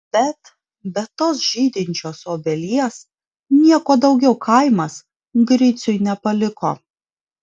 bet be tos žydinčios obelies nieko daugiau kaimas griciui nepaliko